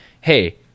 hey